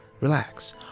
relax